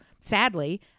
Sadly